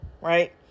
Right